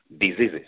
diseases